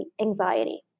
anxiety